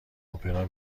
اپرا